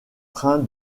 train